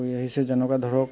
কৰি আহিছে যেনেকৈ ধৰক